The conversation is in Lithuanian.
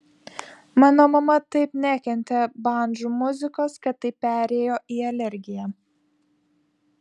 mano mama taip nekentė bandžų muzikos kad tai perėjo į alergiją